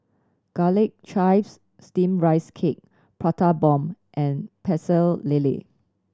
Garlic Chives Steamed Rice Cake Prata Bomb and Pecel Lele